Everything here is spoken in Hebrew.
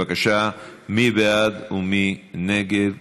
בבקשה, מי בעד ומי נגד?